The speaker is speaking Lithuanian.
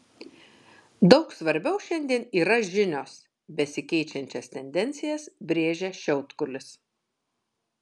daug svarbiau šiandien yra žinios besikeičiančias tendencijas brėžia šiautkulis